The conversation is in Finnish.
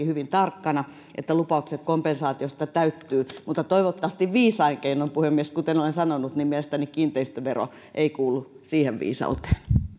hyvin tarkkana että lupaukset kompensaatiosta täyttyvät mutta toivottavasti viisain keinoin ja puhemies kuten olen sanonut mielestäni kiinteistövero ei kuulu siihen viisauteen